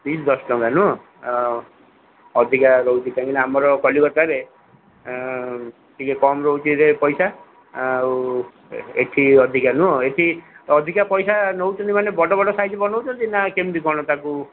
piece ଦଶ ଟଙ୍କା ନୁହଁ ଅଧିକା ରହୁଛି କାହିଁକିନା ଆମର କଲିକତାରେ ଟିକେ କମ୍ ରହୁଛି ପଇସା ଆଉ ଏଠି ଅଧିକା ନୁହେଁ ଏଠି ଅଧିକା ପଇସା ନେଉଛନ୍ତି ମାନେ ବଡ଼ ବଡ଼ ସାଇଜ୍ ବନଉଛନ୍ତି ନା କେମିତି କ'ଣ ତାକୁ